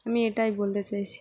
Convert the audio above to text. আমি এটাই বলতে চাইছি